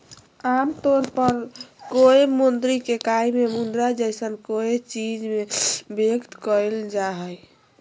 आमतौर पर कोय मौद्रिक इकाई में मुद्रा जैसन कोय चीज़ में व्यक्त कइल जा हइ